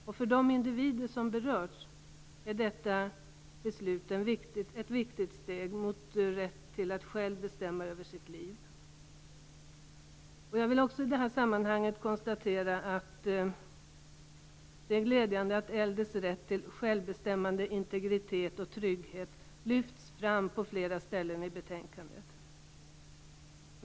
Och för de individer som berörs är detta beslut ett viktigt steg mot rätten att själv bestämma över sitt liv. Jag vill i detta sammanhang också konstatera att det är glädjande att äldres rätt till självbestämmande, integritet och trygghet lyfts fram på flera ställen i betänkandet.